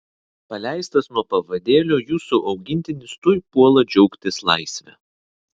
paleistas nuo pavadėlio jūsų augintinis tuoj puola džiaugtis laisve